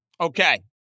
Okay